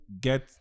get